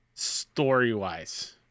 story-wise